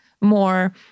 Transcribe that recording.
more